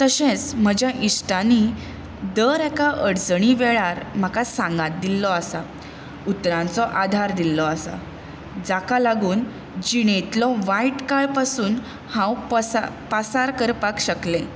तशेंच म्हज्या इश्टांनी दर एका अडचणी वेळार म्हाका सांगात दिल्लो आसा उतरांचो आदार दिल्लो आसा जाका लागून जिणेंतलो वायट काळ पासून हांव पासार करपाक शकलें